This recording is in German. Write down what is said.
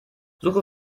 suche